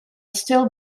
still